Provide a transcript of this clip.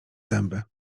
zęby